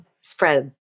spread